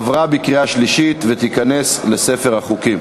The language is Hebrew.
עברה בקריאה שלישית ותיכנס לספר החוקים.